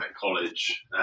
college